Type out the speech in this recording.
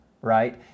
right